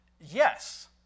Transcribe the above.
Yes